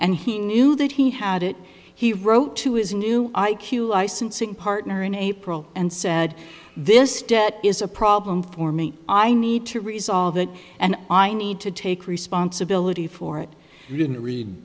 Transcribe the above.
and he knew that he had it he wrote to his new i q licensing part her in april and said this debt is a problem for me i need to resolve it and i need to take responsibility for it you didn't read